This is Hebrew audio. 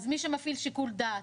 אז מישהו מפעיל שיקול דעת.